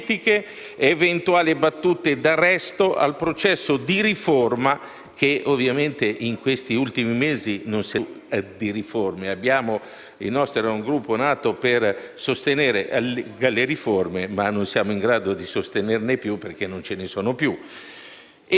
di riforme, il nostro Gruppo era nato per sostenere quelle riforme, ma non siamo in grado di farlo perché non ce ne sono più - «ed a revisioni della valutazione dei rischi di credito nell'ambito della normalizzazione della politica monetaria».